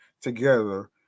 together